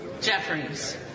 Jeffries